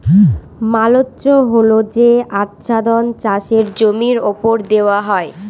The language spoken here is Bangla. মালচ্য হল যে আচ্ছাদন চাষের জমির ওপর দেওয়া হয়